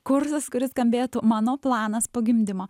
kursas kuris skambėtų mano planas po gimdymo